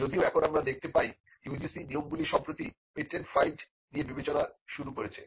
যদিও এখন আমরা দেখতে পাই UGC র নিয়মগুলি সম্প্রতি পেটেন্ট ফাইলড্ নিয়ে বিবেচনা করা শুরু করেছে